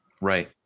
Right